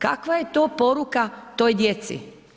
Kakva je to poruka toj djeci?